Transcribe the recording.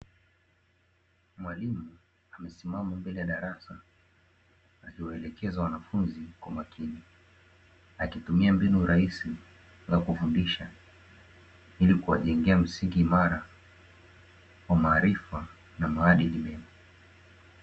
Mwalimu amesimama mbele ya darasa, akiwaelekeza wanafunzi kwa makini akitumia mbinu rahisi za kufundisha ili kuwajengea msingi imara wa maarifa na maadili mema.